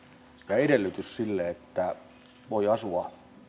ja edellytys sille että voi asua